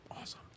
Awesome